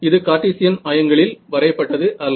இது கார்ட்டீசியன் ஆயங்களில் வரையப்பட்டது அல்ல